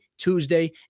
Tuesday